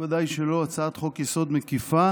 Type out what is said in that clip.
ודאי שלא הצעת חוק-יסוד מקיפה